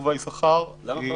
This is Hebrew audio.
(היו"ר יעקב אשר, 10:30)